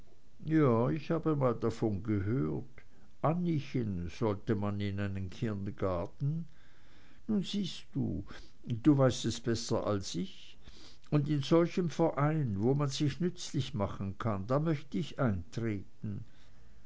ja ich habe mal davon gehört anniechen sollte mal in einen kindergarten nun siehst du du weißt es besser als ich und in solchen verein wo man sich nützlich machen kann da möchte ich eintreten